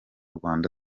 rwanda